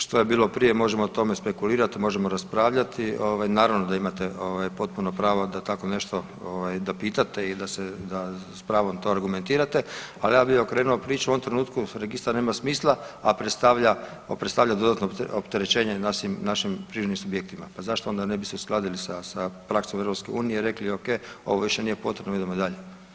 Što je bilo prije možemo o tome spekulirati, možemo raspravljati, naravno da imate potpuno pravo da tako nešto ovaj da pitate i da s pravom to argumentirate, ali ja bi okrenuo priču u ovom trenutku registar nema smisla, a predstavlja, predstavlja dodatno opterećenje našim privrednim subjektima, pa zašto onda ne bi se uskladili sa praksom EU i rekli ok ovo više nije potrebno idemo dalje.